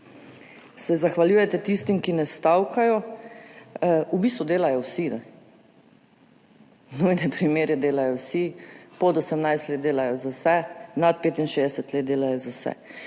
se zahvaljujete tistim, ki ne stavkajo, v bistvu pa delajo vsi. Nujne primere delajo vsi, pod 18 let delajo za vse, nad 65 let delajo za vse.